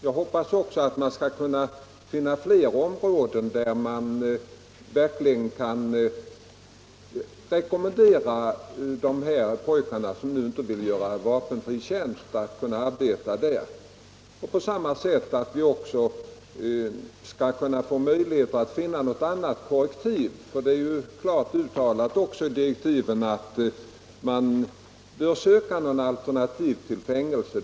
Jag hoppas också att man skall kunna finna fler områden där man kan rekommendera de pojkar som vill göra vapenfri tjänst att arbeta. Vidare är det min förhoppning att vi skulle kunna finna något annat korrektiv än fängelse. Det är klart uttalat i direktiven att utredningen skall söka ett alternativ till fängelse.